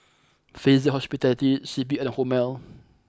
Fraser Hospitality C P and Hormel